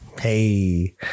Hey